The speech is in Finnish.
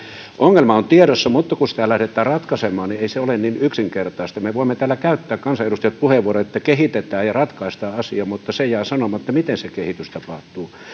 ongelma on tiedossa mutta kun sitä lähdetään ratkaisemaan ei se ole niin yksinkertaista me kansanedustajat voimme täällä käyttää puheenvuoroja että kehitetään ja ratkaistaan asia mutta se jää sanomatta miten se kehitys tapahtuu